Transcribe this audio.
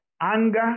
anger